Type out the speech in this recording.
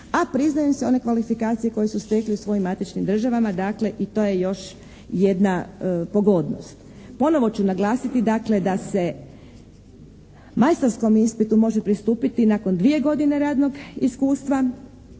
a priznaju im se one kvalifikacije koje su stekli u svojim matičnim državama. Dakle i to je još jedna pogodnost. Ponovo ću naglasiti dakle da se majstorskom ispitu može pristupiti nakon 2 godine radnog iskustva,